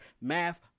Math